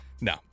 No